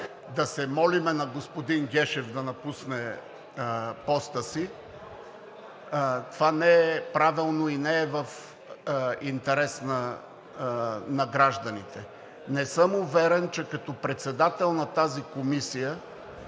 да се молим на господин Гешев да напусне поста си – това не е правилно и не е в интерес на гражданите. Не съм уверен, че като председател на тази комисия